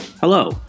Hello